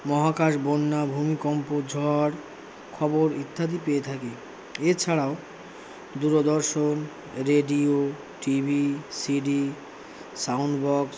মহাকাশ বন্যা ভূমিকম্প ঝড় খবর ইত্যাদি পেয়ে থাকি এছাড়াও Doordarshan radio TV CD sound box